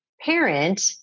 parent